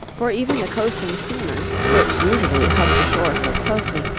for even the coasting steamers, which usually hug the shore so closely,